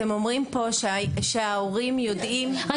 אתם אומרים פה שההורים יודעים --- (אומרת דברים בשפת הסימנים,